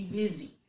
busy